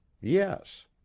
yes